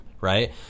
right